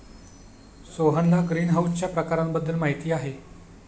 सोहनला ग्रीनहाऊसच्या प्रकारांबद्दल माहिती आहे